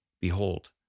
Behold